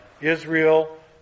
Israel